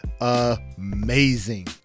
Amazing